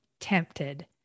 tempted